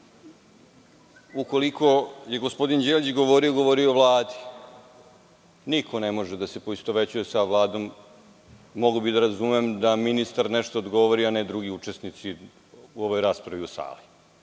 ukoliko je gospodin Đelić govorio Vladi niko ne može da se poistovećuje sa Vladom. Mogao bi da razumem da ministar nešto odgovori, a ne drugi učesnici u ovoj raspravi u sali.